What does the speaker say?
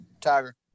Tiger